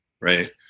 right